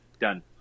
Done